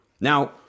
Now